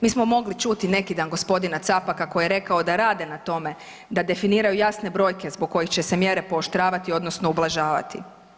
Mi smo mogli čuti neki dan gospodina Capaka koji je rekao da rade na tome da definiraju jasne brojke zbog kojih će se mjere pooštravati odnosno ublažavati.